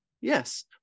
Yes